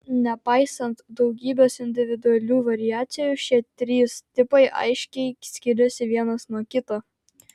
nepaisant daugybės individualių variacijų šie trys tipai aiškiai skiriasi vienas nuo kito